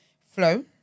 flow